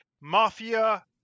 Mafia